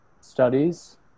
studies